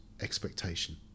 expectation